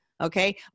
okay